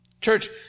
Church